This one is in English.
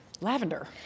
Lavender